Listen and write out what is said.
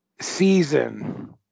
season